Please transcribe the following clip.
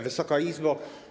Wysoka Izbo!